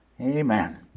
Amen